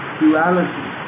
duality